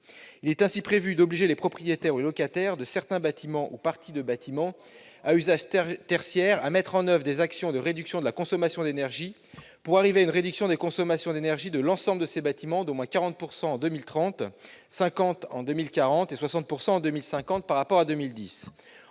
Il est ainsi prévu d'obliger les propriétaires ou les locataires de certains bâtiments ou parties de bâtiments à usage tertiaire à mettre en oeuvre des actions de réduction de la consommation d'énergie pour arriver à une diminution des consommations d'énergie de l'ensemble de ces bâtiments d'au moins 40 % en 2030, 50 % en 2040 et 60 % en 2050 par rapport à 2010,